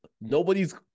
nobody's